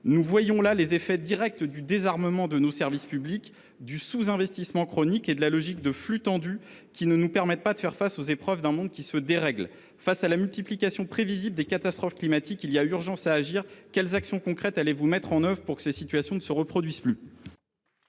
Nous voyons là les effets directs du désarmement de nos services publics, du sous investissement chronique et de la logique du flux tendu, qui ne nous permettent pas de faire face aux épreuves d’un monde qui se dérègle. Face à la multiplication prévisible des catastrophes climatiques, il est urgent d’agir. Quelles actions concrètes allez vous mettre en œuvre pour que cette situation ne se reproduise plus ?